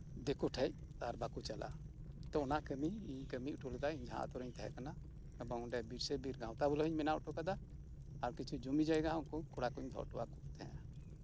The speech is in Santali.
ᱫᱤᱠᱩ ᱴᱷᱮᱱ ᱟᱨ ᱵᱟᱠᱚ ᱪᱟᱞᱟᱜ ᱛᱚ ᱚᱱᱟ ᱠᱟᱹᱢᱤᱧ ᱠᱟᱹᱢᱤ ᱦᱚᱴᱚ ᱞᱮᱫᱟ ᱤᱧ ᱡᱟᱸᱦᱟ ᱟᱹᱛᱩᱨᱤᱧ ᱛᱟᱸᱦᱮ ᱠᱟᱱᱟ ᱮᱵᱚᱝ ᱚᱸᱰᱮ ᱵᱤᱨᱥᱟᱹᱼᱵᱤᱨ ᱜᱟᱶᱛᱟ ᱵᱚᱞᱮ ᱦᱚᱧ ᱵᱮᱱᱟᱣ ᱦᱚᱴᱚ ᱠᱟᱫᱟ ᱟᱨ ᱠᱤᱪᱷᱩ ᱡᱚᱢᱤ ᱡᱟᱭᱜᱟ ᱦᱚᱸ ᱠᱚᱲᱟ ᱠᱚᱧ ᱫᱚᱦᱚ ᱦᱚᱴᱚᱣᱧᱟᱜ ᱠᱚ ᱛᱟᱸᱦᱮᱜ